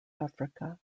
africa